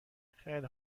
خیله